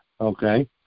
okay